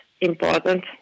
important